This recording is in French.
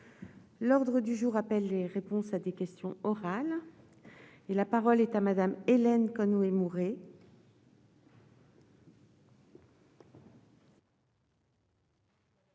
L'ordre du jour appelle les réponses à des questions orales. La parole est à Mme Hélène Conway-Mouret,